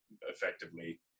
effectively